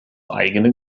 eigene